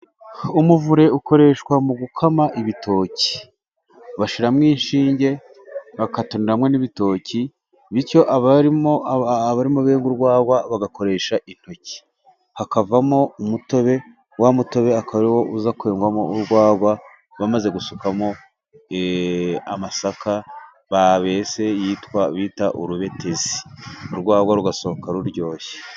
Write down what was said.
Umuvure ukoreshwa mu gukama ibitoki, bashiramo inshinge bakatonoreramo n'ibitoki bityo abari abamo bega urwagwa bagakoresha intoki, hakavamo umutobe wa mutobe akaba ari wo uza kwegwamo urwagwa bamaze gusukamo amasaka, babese yitwa bita urubetizi urwagwa rugasoka ruryoshye.